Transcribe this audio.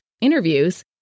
interviews